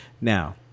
Now